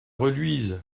reluise